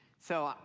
so,